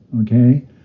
okay